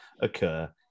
occur